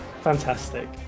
Fantastic